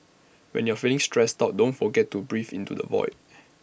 when you are feeling stressed out don't forget to breathe into the void